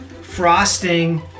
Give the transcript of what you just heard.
frosting